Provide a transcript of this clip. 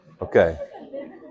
Okay